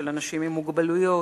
של אנשים עם מוגבלויות,